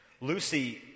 Lucy